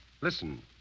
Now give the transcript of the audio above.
Listen